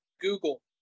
Google